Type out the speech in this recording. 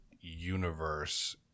universe –